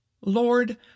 Lord